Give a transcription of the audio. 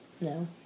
No